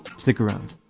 stick around